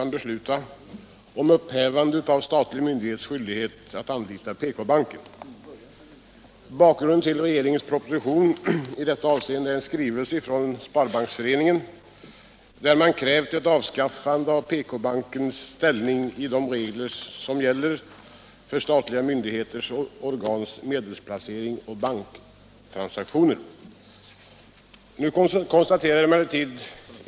Bakgrunden till regeringens proposition i detta avseende är en skrivelse från Sparbanksföreningen där man krävt ett avskaffande av PK-bankens ställning i samband med de regler som gäller för statliga myndigheters och organs medelsplacering och banktransaktioner.